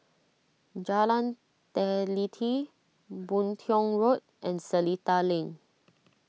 Jalan Teliti Boon Tiong Road and Seletar Link